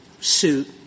suit